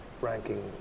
ranking